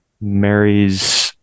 marries